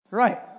Right